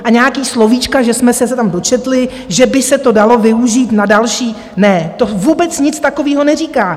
A nějaká slovíčka, že jsme se tam dočetli, že by se to dalo využít na další ne, to vůbec nic takového neříká.